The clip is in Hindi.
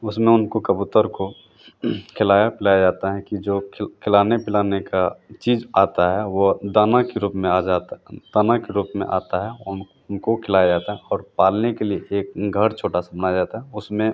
उसमें उनको कबूतर को खेलाया पिलाया जाता है कि ज खिल खिलाने पिलाने का चीज़ आता है वह दाने के रूप में आ जाता दाने के रूप में आता है और उन उनको खिलाया जाता है और उनको पालने के लिए एक घर छोटा सा बनाया जाता है उसमें